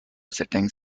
setting